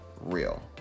real